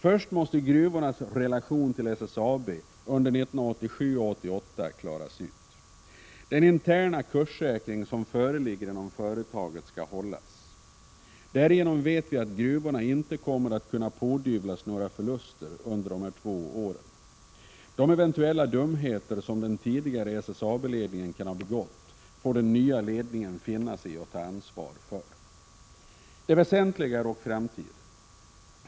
Först måste gruvornas relation till SSAB under 1987 och 1988 klaras ut. Den interna kurssäkring som föreligger inom företaget skall hållas. Därigenom vet vi att gruvorna inte kommer att pådyvlas några förluster under dessa två år. De eventuella dumheter som den tidigare SSAB-ledningen kan ha begått får den nya ledningen finna sig i att ta ansvar för. Det väsentliga är dock framtiden.